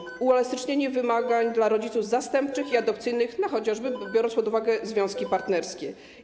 Kiedy nastąpi uelastycznienie wymagań dla rodziców zastępczych i adopcyjnych, chociażby biorąc pod uwagę związki partnerskie?